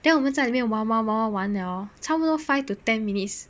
then 我们在里面玩玩玩 liao [one] orh 差不多 five to ten minutes